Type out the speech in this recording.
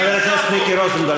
חבר הכנסת מיקי רוזנטל,